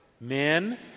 Men